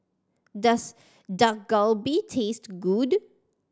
does Dak Galbi taste good